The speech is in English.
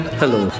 hello